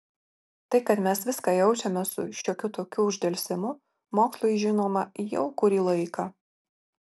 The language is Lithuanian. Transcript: tai kad mes viską jaučiame su šiokiu tokiu uždelsimu mokslui žinoma jau kurį laiką